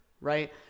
right